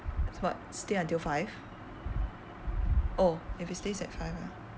what stay until five oh if it stays at five ah